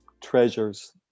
treasures